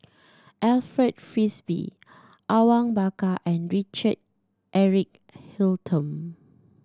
Alfred Frisby Awang Bakar and Richard Eric Holttum